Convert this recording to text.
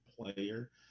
player